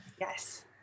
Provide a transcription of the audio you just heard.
Yes